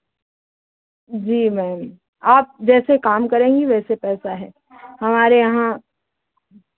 जी ma'am आप जैसे काम करेंगी वैसे पैसा है हमारे यहाँ